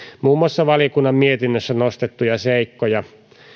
muun muassa valiokunnan mietinnössä nostettuja seikkoja